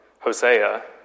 Hosea